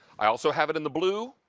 i also have it in the blue.